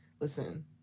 listen